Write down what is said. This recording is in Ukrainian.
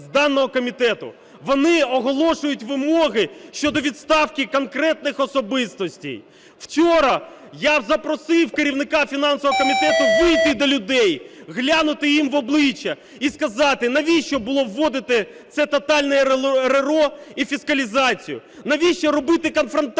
вони оголошують вимоги щодо відставки конкретних особистостей. Вчора я запросив керівника фінансового комітету вийти до людей, глянути їм в обличчя і сказати, навіщо було вводити це тотальне РРО і фіскалізацію, навіщо робити конфронтацію